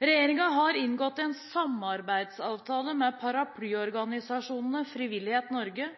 Regjeringen har inngått en samarbeidsavtale med paraplyorganisasjonene Frivillighet Norge,